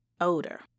odor